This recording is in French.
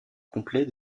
complet